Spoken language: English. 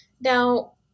Now